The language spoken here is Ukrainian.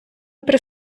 при